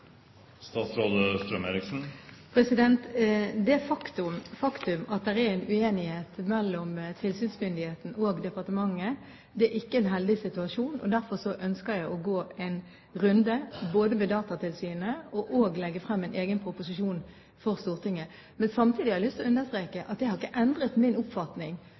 Det faktum at det er en uenighet mellom tilsynsmyndigheten og departementet, er ikke en heldig situasjon. Derfor ønsker jeg både å gå en runde med Datatilsynet og legge frem en proposisjon for Stortinget. Samtidig har jeg lyst til å understreke at jeg ikke har endret min oppfatning